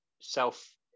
self